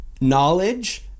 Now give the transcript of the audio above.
knowledge